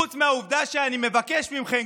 חוץ מהעובדה שאני מבקש מכם,